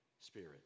spirit